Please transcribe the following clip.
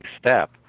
step